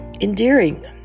endearing